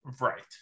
Right